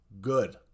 good